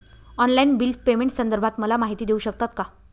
Online bill पेमेंटसंदर्भात मला माहिती देऊ शकतात का?